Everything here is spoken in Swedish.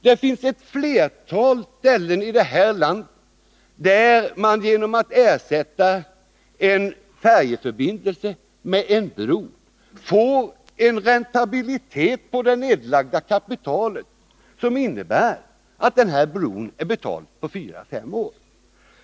Det finns ett flertal ställen i det här landet där man genom att ersätta en färjeförbindelse med en bro får en räntabilitet på det nedlagda kapitalet som innebär att bron är betald på fyra å fem år.